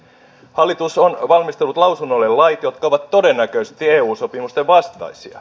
hallitus on valmistellut lausunnolle lait jotka ovat todennäköisesti eu sopimusten vastaisia